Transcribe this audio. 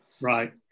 Right